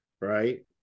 Right